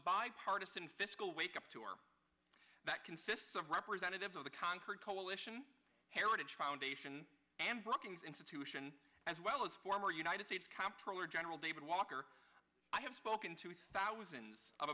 bipartisan fiscal wake up tour that consists of representatives of the concord coalition heritage foundation and brookings institution as well as former united states com pro or general david walker i have spoken to thousands of